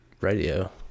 radio